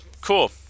cool